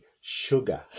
sugar